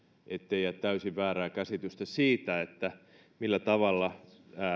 ettei jää täysin väärää käsitystä siitä millä tavalla